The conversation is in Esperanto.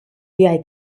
viaj